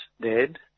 dead